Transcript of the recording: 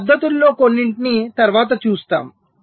ఈ పద్ధతుల్లో కొన్నింటిని తరువాత చూస్తాము